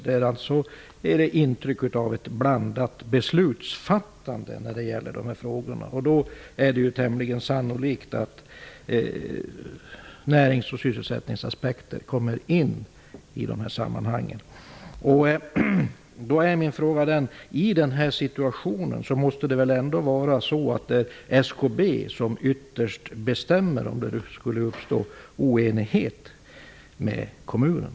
Det ger intryck av ett blandat beslutsfattande i dessa frågor. Då är det tämligen sannolikt att närings och sysselsättningsaspekter kommer in i sammanhanget. Då är min fråga: I den här situationen måste det väl vara SKB som ytterst bestämmer, om det skulle uppstå oenighet med kommunen?